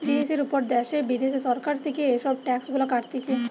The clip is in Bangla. জিনিসের উপর দ্যাশে বিদ্যাশে সরকার থেকে এসব ট্যাক্স গুলা কাটতিছে